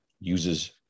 uses